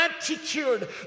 attitude